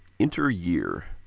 enter year.